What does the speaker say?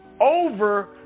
over